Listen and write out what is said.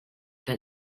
that